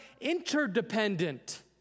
interdependent